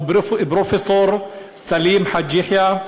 הוא פרופסור סלים חאג' יחיא,